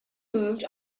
moved